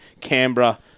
Canberra